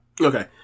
okay